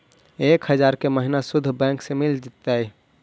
एक हजार के महिना शुद्ध बैंक से मिल तय?